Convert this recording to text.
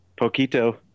poquito